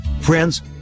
Friends